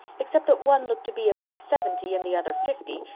except that one looked to be about seventy and the other fifty,